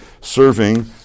serving